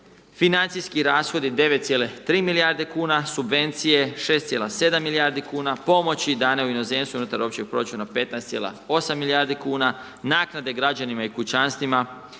financijski rashodi 9,3 milijarde kn, subvencije 6,7 milijardi kn, pomoć dane u inozemstvu unutar općeg proračuna 15,8 milijarde kn, naknade građanima i kućanstvima